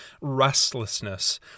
restlessness